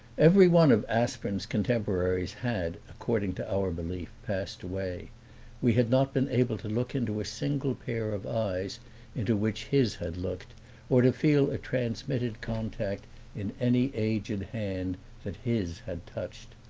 every one of aspern's contemporaries had, according to our belief, passed away we had not been able to look into a single pair of eyes into which his had looked or to feel a transmitted contact in any aged hand that his had touched.